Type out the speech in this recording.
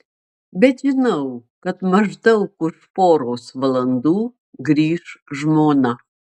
bet žinau kad maždaug už poros valandų grįš žmona